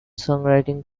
songwriting